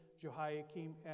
Jehoiakim